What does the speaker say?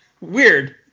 Weird